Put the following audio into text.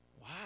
Wow